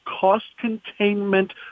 cost-containment